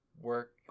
work